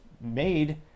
made